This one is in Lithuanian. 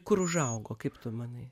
kur užaugo kaip tu manai